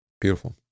Beautiful